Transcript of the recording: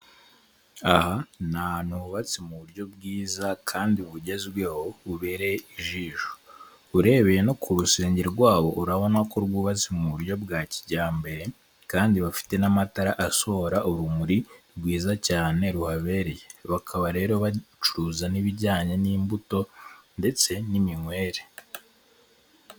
Aha ni ahantu hubatse mu buryo bwiza kandi bugezweho, bubereye ijisho, urebeye no ku rusenge rwabo urabona ko rwubatse mu buryo bwa kijyambere, kandi bafite n'amatara asohora urumuri rwiza cyane ruhabereye, bakaba rero bacuruza n'ibijyanye n'imbuto ndetse n'iminywere.